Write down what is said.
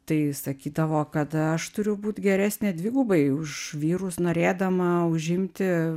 tai sakydavo kad aš turiu būt geresnė dvigubai už vyrus norėdama užimti